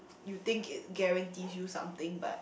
you think it guarantee you something but